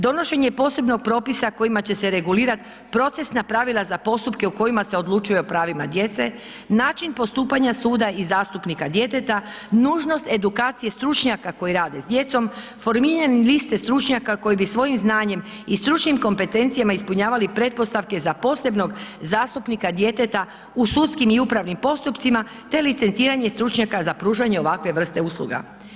Donošenje posebnog propisa kojima će se regulirati procesna pravila za postupke u kojima se odlučuje o pravima djece, način postupanja suda i zastupnika djeteta, nužnost edukacije stručnjaka koji rade s djecom, formiranje liste stručnjaka koji bi svojim znanjem i stručnim kompetencijama ispunjavali pretpostavke za posebnog zastupnika djeteta u sudskim i upravnim postupcima te licenciranje stručnjaka za pružanje ovakve vrste usluga.